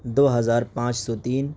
دو ہزار پانچ سو تین